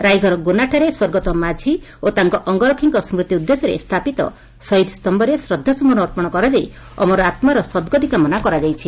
ରାଇଘର ଗୋନାଠାରେ ସ୍ୱର୍ଗତ ମାଝୀ ଓ ତାଙ୍କ ଅଙ୍ଗରକ୍ଷୀଙ୍ ସ୍କୁତି ଉଦ୍ଦେଶ୍ୟରେ ସ୍ରାପିତ ଶହୀଦ ସ୍ତୟରେ ଶ୍ରଦ୍ଧାସୁମନ ଅର୍ପଣ କରାଯାଇ ଅମର ଆତ୍ନାର ସଦ୍ଗତି କାମନା କରାଯାଇଛି